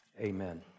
amen